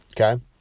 okay